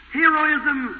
heroism